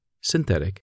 synthetic